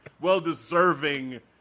well-deserving